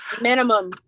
Minimum